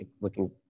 Looking